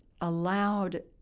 allowed